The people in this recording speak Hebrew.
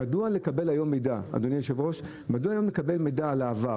מדוע לקבל מידע על העבר,